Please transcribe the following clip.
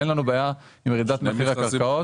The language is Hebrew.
אין לנו בעיה עם ירידת מחירי הקרקעות.